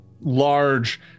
large